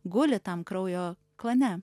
guli tam kraujo klane